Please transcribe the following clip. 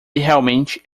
realmente